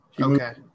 Okay